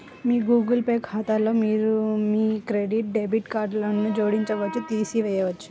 మీ Google Pay ఖాతాలో మీరు మీ క్రెడిట్, డెబిట్ కార్డ్లను జోడించవచ్చు, తీసివేయవచ్చు